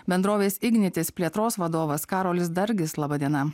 bendrovės ignitis plėtros vadovas karolis dargis laba diena